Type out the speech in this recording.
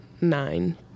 nine